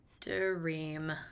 Dream